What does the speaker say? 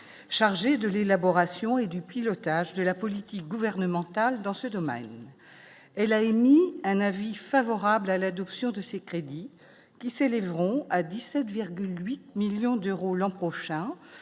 chargé de l'élaboration et du pilotage de la politique gouvernementale dans ce domaine, elle a émis un avis favorable à l'adoption de ces crédits qui s'élèveront à 17,8 millions d'euros l'an prochain,